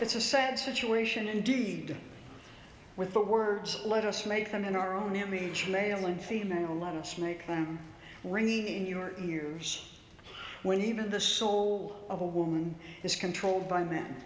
that's a sad situation indeed with the words let us make them in our own image male and female let us make them ringing in your ears when even the soul of a woman is controlled by man